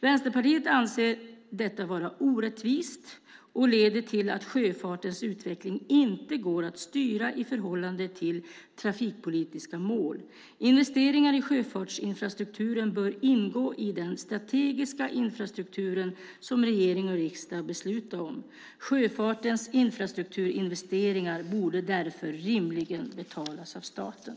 Vänsterpartiet anser att det är orättvist och leder till att sjöfartens utveckling inte går att styra i förhållande till trafikpolitiska mål. Investeringar i sjöfartsinfrastrukturen bör ingå i den strategiska infrastruktur som regering och riksdag beslutar om. Sjöfartens infrastrukturinvesteringar borde därför rimligen betalas av staten.